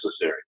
necessary